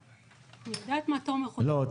אני יודעת מה תומר חושב -- לא,